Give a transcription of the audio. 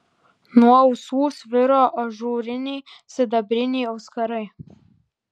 nuo ausų sviro ažūriniai sidabriniai auskarai